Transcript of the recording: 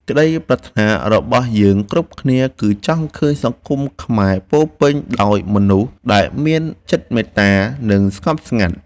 ក្តីប្រាថ្នារបស់យើងគ្រប់គ្នាគឺចង់ឃើញសង្គមខ្មែរពោរពេញដោយមនុស្សដែលមានចិត្តមេត្តា និង ស្ងប់ស្ងាត់។